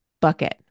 bucket